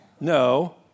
No